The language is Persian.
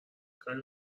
کاری